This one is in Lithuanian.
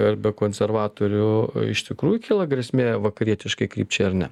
ar be konservatorių iš tikrųjų kyla grėsmė vakarietiškai krypčiai ar ne